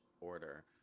order